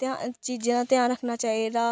ध्यान चीजें दा ध्यान रक्खना चाहिदा